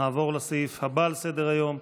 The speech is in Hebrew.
27 בעד, אין מתנגדים,